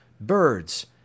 birds